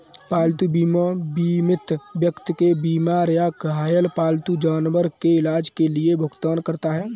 पालतू बीमा बीमित व्यक्ति के बीमार या घायल पालतू जानवर के इलाज के लिए भुगतान करता है